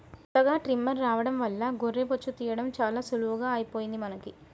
కొత్తగా ట్రిమ్మర్ రావడం వల్ల గొర్రె బొచ్చు తీయడం చాలా సులువుగా అయిపోయింది మనకి